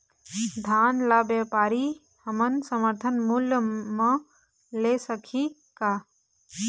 धान ला व्यापारी हमन समर्थन मूल्य म ले सकही का?